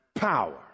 Power